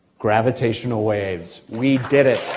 gravitational waves. we did it!